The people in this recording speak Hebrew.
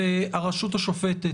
והרשות השופטת,